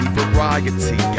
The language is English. variety